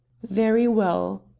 very well.